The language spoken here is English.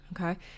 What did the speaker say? Okay